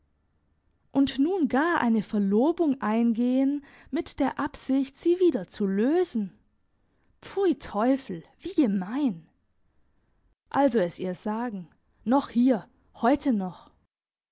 und nun gar eine verlobung eingehen mit der absicht sie wieder zu lösen pfui teufel wie gemein also es ihr sagen noch hier heute noch